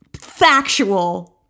factual